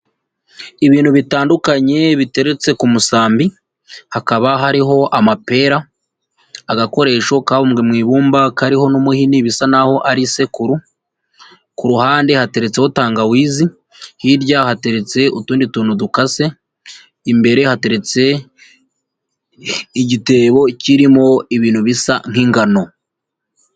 Ibintu bitandukanye biteretse ku musambi, hakaba hariho amapera, agakoresho kabumbwe mu ibumba kariho n'umuhini bisa n'aho ari isekuru, ku ruhande hateretseho tangawizi, hirya hateretse utundi tuntu dukase, imbere hateretse igitebo kirimo ibintu bisa nk'ingano.